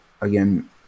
again